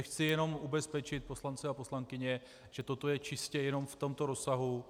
Chci jenom ubezpečit poslance a poslankyně, že toto je čistě jenom v tomto rozsahu.